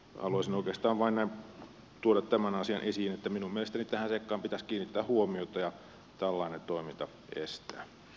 haluaisin oikeastaan vain tuoda tämän asian esiin että minun mielestäni tähän seikkaan pitäisi kiinnittää huomiota ja tällainen toiminta estää